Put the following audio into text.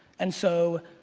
and so,